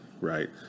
right